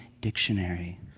dictionary